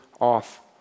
off